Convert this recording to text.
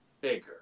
bigger